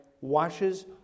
washes